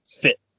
fit